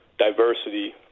Diversity